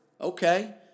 Okay